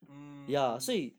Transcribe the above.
mm